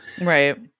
right